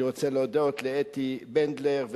אני רוצה להודות לאתי בנדלר,